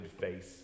face